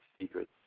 secrets